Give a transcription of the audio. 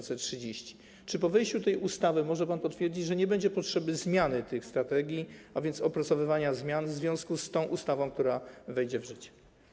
Czy po wejściu tej ustawy może pan potwierdzić, że nie będzie potrzeby zmiany tych strategii, a więc opracowywania zmian w związku z tą ustawą, która wejdzie w życie?